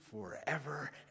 forever